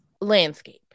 Landscape